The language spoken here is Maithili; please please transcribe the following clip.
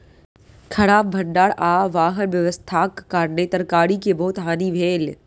खराब भण्डार आ वाहन व्यवस्थाक कारणेँ तरकारी के बहुत हानि भेल